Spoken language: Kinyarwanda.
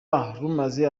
rumaze